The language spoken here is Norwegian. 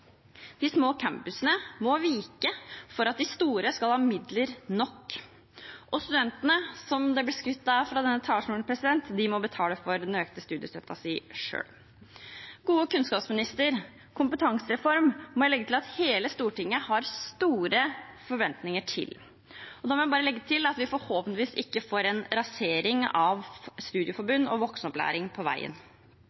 De små campusene må vike for at de store skal ha midler nok. Studentene, som det ble skrytt av fra denne talerstolen, må betale for den økte studiestøtten sin selv. Gode kunnskapsminister, kompetansereform må jeg legge til at hele Stortinget har store forventninger til, og vi får forhåpentligvis ikke en rasering av